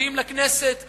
מביאים לכנסת רפורמה,